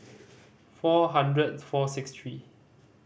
four hundred four six three